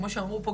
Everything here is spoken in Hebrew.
כמו שאמרו פה,